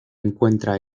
encuentra